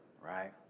Right